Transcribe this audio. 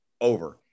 Over